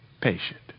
patient